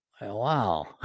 Wow